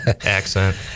accent